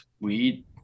weed